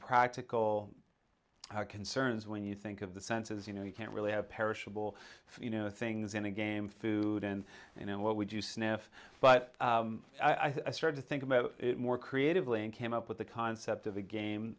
practical concerns when you think of the senses you know you can't really have perishable you know things in a game food and you know what would you sniff but i start to think about it more creatively and came up with the concept of